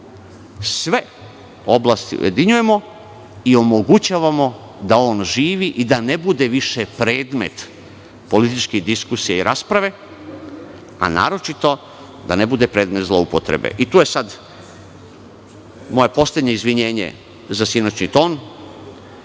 sve oblasti ujedinjujemo i omogućavamo da on živi i da ne bude više predmet političkih diskusija i rasprave, a naročito da ne bude predmet zloupotrebe. Tu je sada moje poslednje izvinjenje za sinoćni